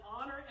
honor